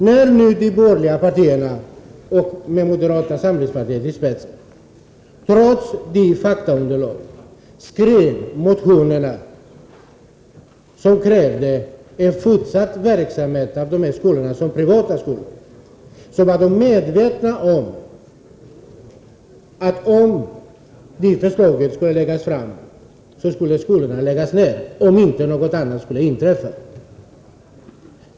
När nu de borgerliga partierna med moderata samlingspartiet i spetsen trots detta faktaunderlag skrev sina motioner och krävde en fortsatt verksamhet i dessa skolor såsom privata skolor, var de medvetna om att skolorna, om det förslaget ställdes, skulle läggas ned, om inte något inträffade.